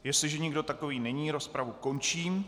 Jestli nikdo takový není, rozpravu končím.